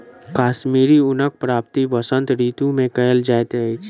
कश्मीरी ऊनक प्राप्ति वसंत ऋतू मे कयल जाइत अछि